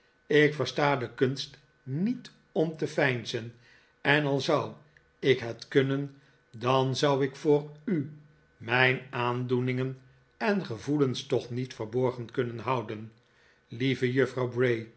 ik versta de kunst niet om te veinzen en al zou ik het kunnen dan zou ik voor u mijn aandoeningen en gevoelens toch niet verborgen kunnen houden lieve juffrouw